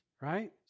right